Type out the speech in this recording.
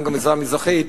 גם בגזרה המזרחית.